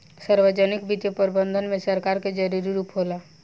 सार्वजनिक वित्तीय प्रबंधन में सरकार के जरूरी रूप होला